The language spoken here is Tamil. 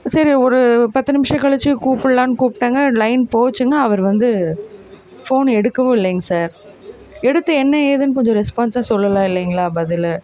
சரி ஒரு பத்து நிமிடம் கழித்து கூப்புடலான்னு கூப்பிட்டேங்க லைன் போச்சுங்க அவர் வந்து ஃபோன் எடுக்கவும் இல்லைங்க சார் எடுத்து என்ன ஏதுன்னு கொஞ்சம் ரெஸ்பான்ஸாக சொல்லலாம் இல்லைங்களா பதில்